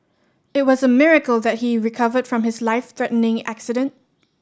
it was a miracle that he recovered from his life threatening accident